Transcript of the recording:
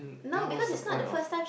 then what's the point of